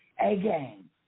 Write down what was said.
A-game